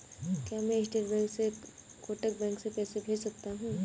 क्या मैं state bank से कोटक बैंक में पैसे भेज सकता हूँ?